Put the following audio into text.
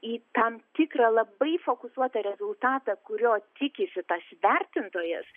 į tam tikrą labai fokusuotą rezultatą kurio tikisi tas vertintojas